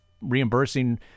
reimbursing